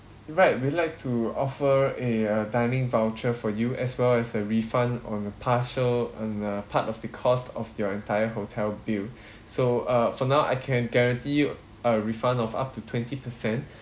right we'd like to offer a uh dining voucher for you as well as a refund on a partial on a part of the cost of your entire hotel bill so uh for now I can guarantee you a refund of up to twenty percent